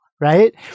right